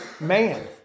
man